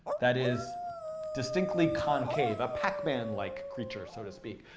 that is distinctly concave, a pac-man-like creature, so to speak.